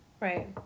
Right